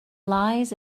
lies